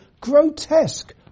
grotesque